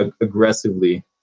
aggressively